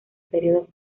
período